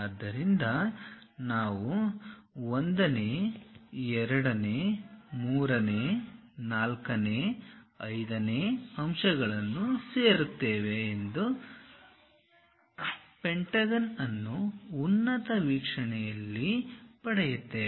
ಆದ್ದರಿಂದ ನಾವು 1 ನೇ 2 ನೇ 3 ನೇ 4 ನೇ 5 ನೇ ಅಂಶಗಳನ್ನು ಸೇರುತ್ತೇವೆ ಎಂದು ಪೆಂಟಗನ್ ಅನ್ನು ಉನ್ನತ ವೀಕ್ಷಣೆಯಲ್ಲಿ ಪಡೆಯುತ್ತೇವೆ